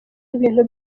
ibintu